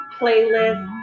playlist